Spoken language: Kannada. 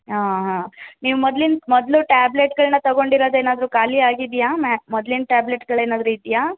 ಹಾಂ ಹಾಂ ನೀವು ಮೊದ್ಲಿನ್ದು ಮೊದಲು ಟ್ಯಾಬ್ಲೆಟ್ಗಳನ್ನ ತಗೊಂಡಿರೋದೇನಾದರೂ ಖಾಲಿ ಆಗಿದೆಯಾ ಮೊದ್ಲಿನ ಟ್ಯಾಬ್ಲೆಟ್ಗಳೆನಾದರೂ ಇದೆಯಾ